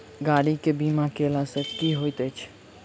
गाड़ी केँ बीमा कैला सँ की होइत अछि?